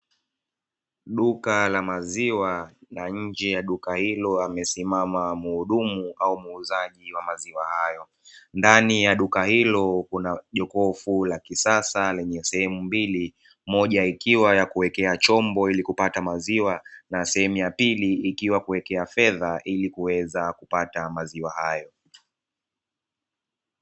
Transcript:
Duka la maziwa na nje ya duka hilo amesimama muhudumu au muuzaji wa maziwa hayo. Ndani ya duka hilo kuna jokofu la kisasa lenye sehemu mbili, moja ikiwa ya kuwekea chombo ilikupata maziwa na sehemu ya pili ikiwa kuwekea fedha ilikuweza kupata maziwa hayo.